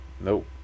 Nope